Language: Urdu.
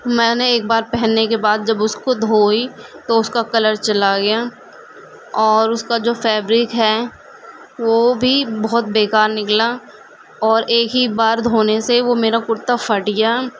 میں نے ایک بار پہننے کے بعد جب اس کو دھوئی تو اس کا کلر چلا گیا اور اس کا جو فیبرک ہے وہ بھی بہت بےکار نکلا اور ایک ہی بار دھونے سے وہ میرا کرتا پھٹ گیا